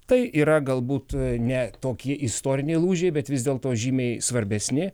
tai yra galbūt ne tokie istoriniai lūžiai bet vis dėlto žymiai svarbesni